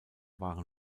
waren